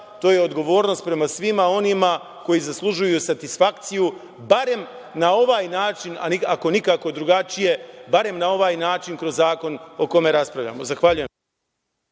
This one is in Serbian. to je odgovornost prema svima onima koji zaslužuju satisfakciju, barem na ovaj način, ako nikako drugačije, barem na ovaj način kroz zakon o kome raspravljamo.